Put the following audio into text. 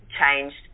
changed